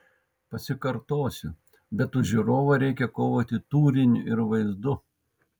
pasikartosiu bet už žiūrovą reikia kovoti turiniu ir vaizdu